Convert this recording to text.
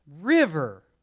river